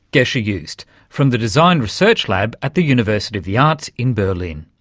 gesche joost from the design research lab at the university of the arts in berlin.